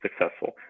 successful